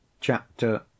Chapter